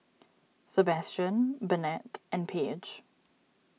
Sebastian Burnett and Paige